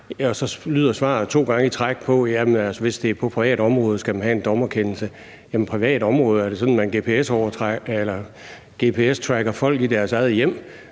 så lyder svaret to gange i træk, at hvis det er på privat område, skal man have en dommerkendelse. Jamen privat område? Er det sådan, at man gps-tracker folk i deres eget hjem?